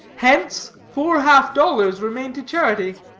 hence, four half-dollars remain to charity.